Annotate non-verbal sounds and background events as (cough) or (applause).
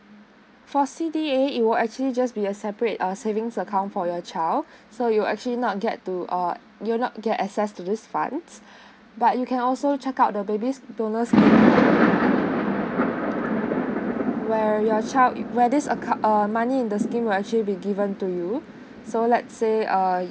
for C_D_A it will actually just be a separate uh savings account for your child so you'll actually not get to uh you'll not get access to these funds but you can also check out the babies bonus (noise) where your child where this account uh money in the scheme will actually be given to you so let's say err